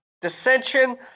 dissension